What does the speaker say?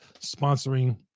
sponsoring